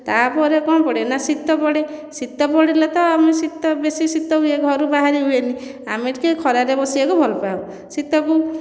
ତା'ପରେ କ'ଣ ପଡ଼େ ନା ଶୀତ ପଡ଼େ ଶୀତ ପଡ଼ିଲେ ତ ଆମେ ଶୀତ ବେଶୀ ଶୀତ ହୁଏ ଘରୁ ବାହାରି ହୁଏନି ଆମେ ଟିକିଏ ଖରାରେ ବସିବାକୁ ଭଲ ପାଉ ଶୀତକୁ